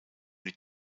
die